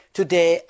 Today